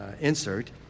insert